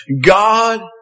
God